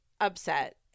upset